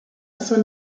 son